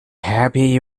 happy